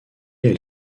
elle